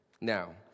Now